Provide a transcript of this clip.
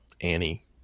Annie